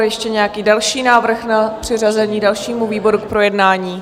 Ještě nějaký další návrh na přiřazení dalšímu výboru k projednání?